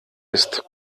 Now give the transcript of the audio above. ist